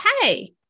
hey